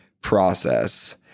process